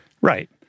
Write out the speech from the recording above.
Right